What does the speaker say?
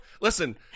listen